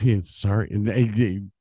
sorry